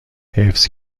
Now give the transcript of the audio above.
حفظ